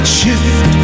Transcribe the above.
shift